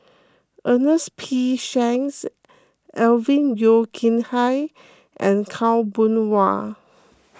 Ernest P Shanks Alvin Yeo Khirn Hai and Khaw Boon Wan